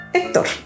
Héctor